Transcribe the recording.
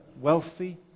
wealthy